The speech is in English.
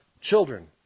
children